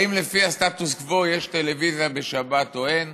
האם לפי הסטטוס קוו יש טלוויזיה בשבת או אין?